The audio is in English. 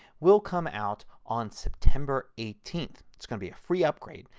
will come out on september eighteenth. it is going to be a free upgrade.